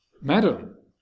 Madam